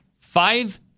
Five